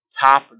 Top